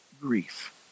grief